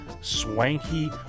swanky